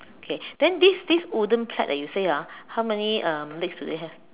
okay then this this wooden plat that you say ah how many um legs do they have